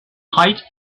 height